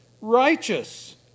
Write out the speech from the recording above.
righteous